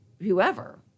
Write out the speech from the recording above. whoever